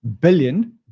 billion